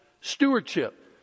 stewardship